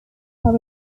are